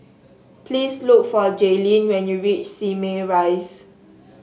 please look for Jailene when you reach Simei Rise